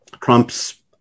Trump's